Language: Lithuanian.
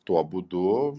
tuo būdu